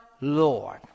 Lord